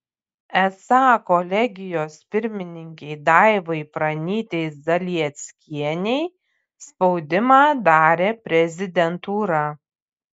esą kolegijos pirmininkei daivai pranytei zalieckienei spaudimą darė prezidentūra